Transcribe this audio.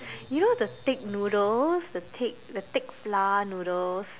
you know the thick noodles the thick the thick flour noodles